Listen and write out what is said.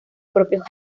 propios